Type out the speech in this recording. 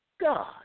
God